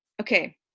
okay